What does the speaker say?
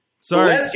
sorry